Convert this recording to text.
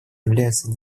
являются